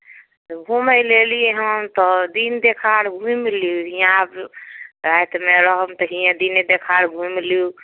घुमै ले एलियै हँ तऽ दिन देखार घुमि लिअ आब रातिमे रहम तऽ हिये दिने देखार घुमि लिउ